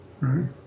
right